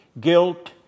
Guilt